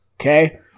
Okay